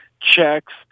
checks